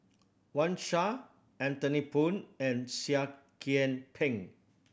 Wang Sha Anthony Poon and Seah Kian Peng